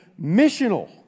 missional